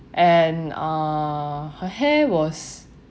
and uh her hair was